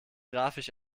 grafisch